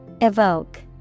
Evoke